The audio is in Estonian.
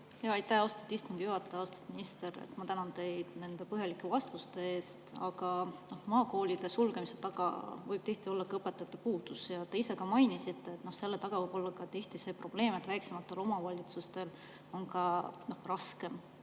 Aitäh, austatud istungi juhataja! Austatud minister, ma tänan teid nende põhjalike vastuste eest. Aga maakoolide sulgemise taga võib tihti olla ka õpetajate puudus. Te ise ka mainisite, et selle taga võib olla see probleem, et väiksematel omavalitsustel on raskem